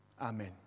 Amen